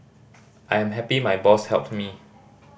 I am happy my boss helped me